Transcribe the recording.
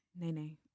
Nene